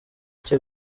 cye